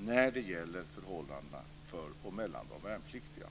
när det gäller förhållandena för och mellan de värnpliktiga.